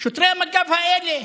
שוטרי המג"ב האלה.